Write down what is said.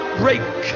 break